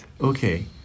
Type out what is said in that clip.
Okay